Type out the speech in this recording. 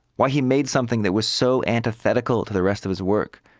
why he made something that was so antithetical to the rest of his work.